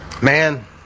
Man